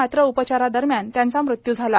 मात्र उपचारादारम्यान त्यांचा मृत्यु झाला